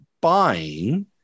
buying